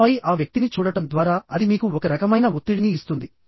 ఆపై ఆ వ్యక్తిని చూడటం ద్వారా అది మీకు ఒక రకమైన ఒత్తిడిని ఇస్తుంది